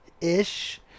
ish